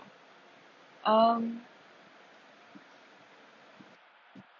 um